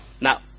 Now